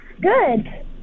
Good